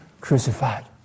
crucified